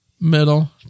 middle